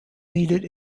needed